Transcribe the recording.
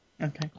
Okay